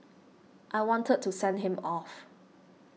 I wanted to send him off